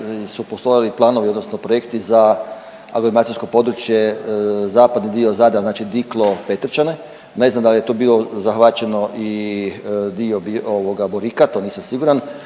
su postojali planovi odnosno projekti za aglomeracijsko područje zapadni dio Zadra znači Diklo, Petrčane ne znam dal je to bilo zahvaćeno i dio Borika to nisam siguran,